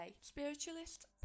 Spiritualist